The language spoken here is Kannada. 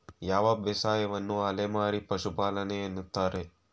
ಯಾವ ಬೇಸಾಯವನ್ನು ಅಲೆಮಾರಿ ಪಶುಪಾಲನೆ ಎನ್ನುತ್ತಾರೆ?